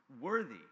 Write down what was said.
worthy